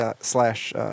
slash